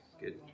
good